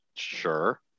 sure